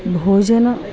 भोजनम्